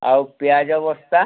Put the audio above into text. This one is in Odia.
ଆଉ ପିଆଜ ବସ୍ତା